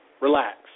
Relax